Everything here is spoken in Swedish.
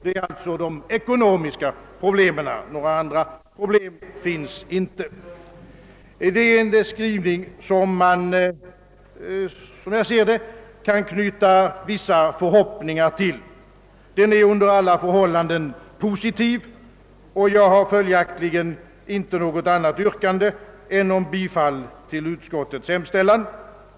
Det är alltså de ekonomiska problemen — några andra problem finns inte. Denna skrivning kan man, som jag ser det, knyta vissa förhoppningar till. Den är under alla förhållanden positiv, och jag har följaktligen inget annat yrkande än om bifall till utskottets hemställan.